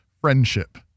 friendship